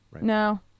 No